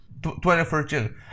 2014